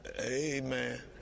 Amen